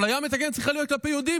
אפליה מתקנת צריכה להיות כלפי יהודים,